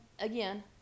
again